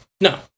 No